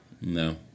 No